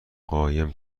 قایم